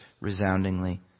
resoundingly